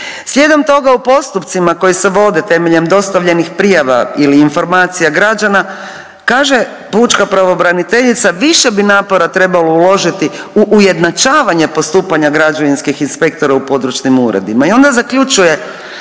Slijedom toga u postupcima koji se vode temeljen dostavljenih prijava ili informacija građana kaže pučka pravobraniteljica više bi napora trebalo uložiti u ujednačavanje postupanja građevinskih inspektora u područnim uredima. I onda zaključuje